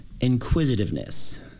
inquisitiveness